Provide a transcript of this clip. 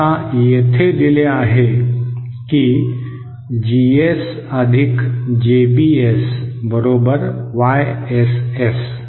आता येथे दिले आहे की GS अधिक JBS बरोबर YSs